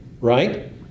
right